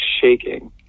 shaking